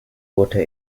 water